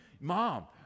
mom